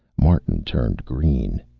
martin turned green.